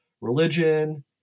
religion